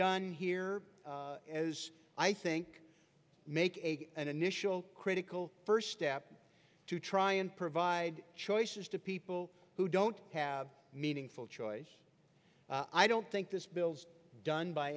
done here as i think make a an initial critical first step to try and provide choices to people who don't have meaningful choice i don't think this bill's done by